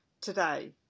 today